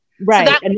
Right